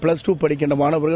plus two படிக்கின்ற மாணவர்கள்